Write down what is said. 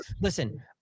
Listen